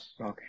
Okay